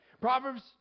Proverbs